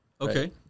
Okay